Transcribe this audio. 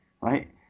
right